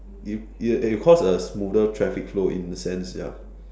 it it'll cause a smoother traffic flow in a sense ya